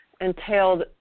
entailed